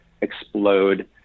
explode